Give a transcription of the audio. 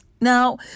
Now